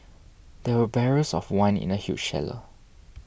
there were barrels of wine in the huge cellar